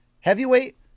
heavyweight